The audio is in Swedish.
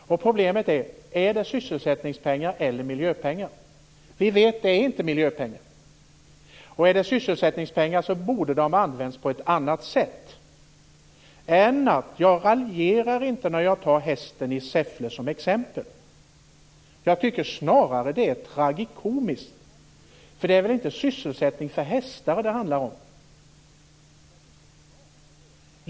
Problemet är: Är det sysselsättningspengar eller miljöpengar? Jag raljerar inte när jag tar hästen i Säffle som exempel. Det är snarare tragikomiskt. Det är väl inte sysselsättning för hästar som det här handlar om?